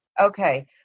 Okay